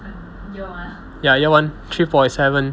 ya year one three point seven